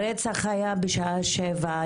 הרצח היה בשעה שבע.